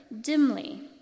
dimly